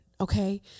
Okay